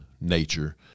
nature